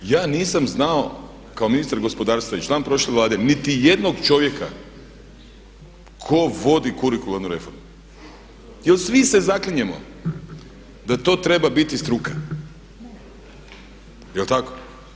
Ja nisam znao kao ministar gospodarstva i član prošle Vlade niti jednog čovjeka ko vodi kurikularnu reformu jel svi se zaklinjemo da to treba biti struka, jel tako?